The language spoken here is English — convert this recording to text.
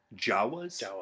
Jawas